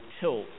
tilt